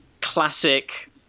classic